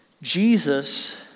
Jesus